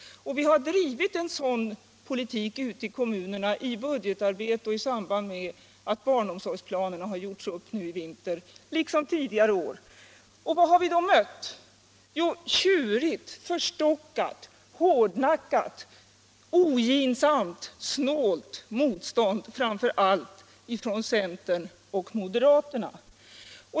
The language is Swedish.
Vi har drivit en sådan politik ute i kommunerna, i budgetarbetet och i samband med att barnomsorgsplanerna gjordes upp nu i vinter liksom tidigare år. Vad har vi då mött? Jo, tjurigt, förstockat, hårdnackat, ogint och snålt motstånd, framför allt från centern och moderaterna.